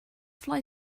fly